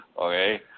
Okay